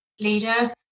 leader